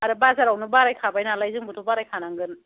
आरो बाजारावनो बारायखाबाय नालाय जोंबोथ' बारायखानांगोन